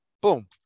Boom